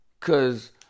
Cause